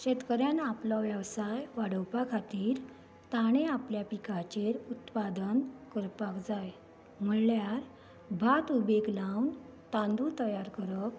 शेतकाऱ्यांनी आपलो वेवसाय वाडोवपा खातीर ताणी आपल्या पिकाचेर उत्पादन करपाक जाय म्हणल्यार भात उभेक लावून तांदूळ तयार करप